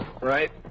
Right